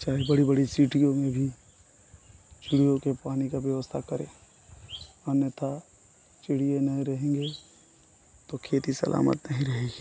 चाहे बड़ी बड़ी सीटियों में भी चिड़ियों के पानी का व्यवस्था करें अन्यतः चिड़ियाँ नहीं रहेंगे तो खेती सलामत नहीं रहेगी